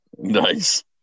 Nice